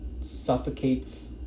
suffocates